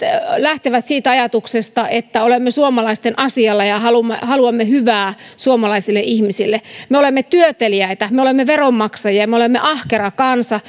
lähtevät siitä ajatuksesta että olemme suomalaisten asialla ja haluamme haluamme hyvää suomalaisille ihmisille me olemme työteliäitä me olemme veronmaksajia ja me olemme ahkera kansa